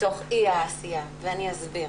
בתוך אי העשייה, ואני אסביר.